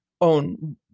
own